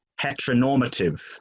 heteronormative